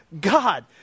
God